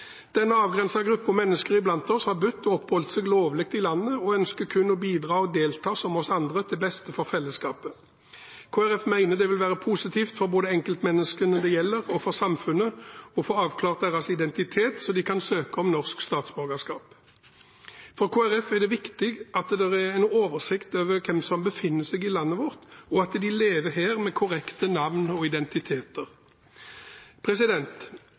oss har bodd og oppholdt seg lovlig i landet og ønsker å kunne bidra og delta som oss andre, til beste for fellesskapet. Kristelig Folkeparti mener det vil være positivt for enkeltmenneskene det gjelder, og for samfunnet, å få avklart deres identitet slik at de kan søke om norsk statsborgerskap. For Kristelig Folkeparti er det viktig at det er en oversikt over hvem som befinner seg i landet vårt – og at de lever her med korrekte navn og identiteter.